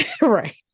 Right